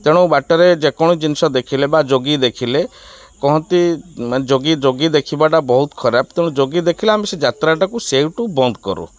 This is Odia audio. ତେଣୁ ବାଟରେ ଯେକୌଣସି ଜିନିଷ ଦେଖିଲେ ବା ଯୋଗୀ ଦେଖିଲେ କହନ୍ତି ଯୋଗୀ ଯୋଗୀ ଦେଖିବାଟା ବହୁତ ଖରାପ ତେଣୁ ଯୋଗୀ ଦେଖିଲେ ଆମେ ସେ ଯାତ୍ରାଟାକୁ ସେଇଠୁ ବନ୍ଦ କରୁ